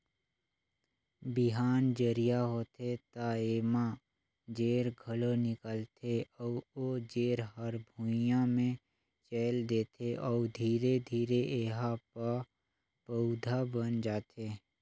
बिहान जरिया होथे त एमा जेर घलो निकलथे अउ ओ जेर हर भुइंया म चयेल देथे अउ धीरे धीरे एहा प पउधा बन जाथे